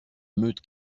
meute